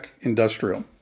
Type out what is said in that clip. Industrial